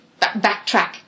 backtrack